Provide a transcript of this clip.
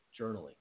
journaling